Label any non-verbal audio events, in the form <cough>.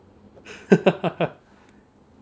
<laughs>